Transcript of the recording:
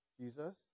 Jesus